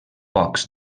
pocs